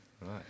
Right